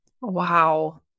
Wow